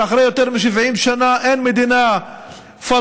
שאחרי יותר מ-70 שנה אין מדינה פלסטינית,